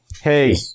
Hey